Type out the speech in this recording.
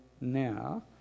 now